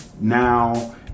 now